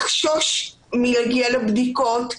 לחשוש מלהגיע לבדיקות.